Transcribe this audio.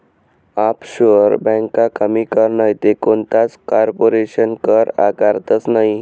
offshore ब्यांका कमी कर नैते कोणताच कारपोरेशन कर आकारतंस नयी